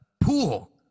pool